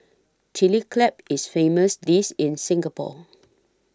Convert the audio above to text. Chilli Crab is famous dish in Singapore